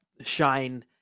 shine